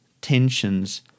tensions